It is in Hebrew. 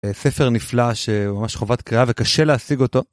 ספר נפלא שהוא ממש חובת קריאה וקשה להשיג אותו.